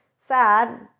sad